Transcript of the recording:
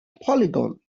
polygon